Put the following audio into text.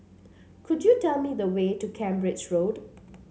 could you tell me the way to Cambridge Road